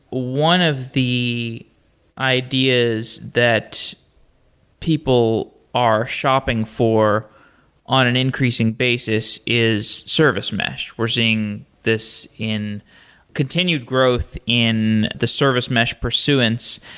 one of the ideas that people are shopping for on an increasing basis is service mesh. we're seeing this in continued growth in the service mesh pursuance.